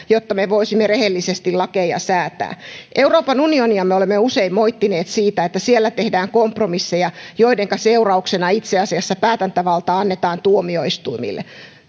jotta me voisimme rehellisesti lakeja säätää euroopan unionia me olemme usein moittineet siitä että siellä tehdään kompromisseja joidenka seurauksena itse asiassa päätäntävalta annetaan tuomioistuimille